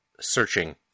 searching